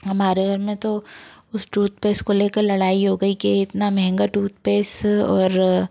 हमारे घर में तो उस टूथपेस को ले कर लड़ाई हो गई कि इतना मंहगा टूथपेस और